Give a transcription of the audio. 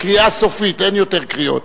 קריאה סופית, אין יותר קריאות.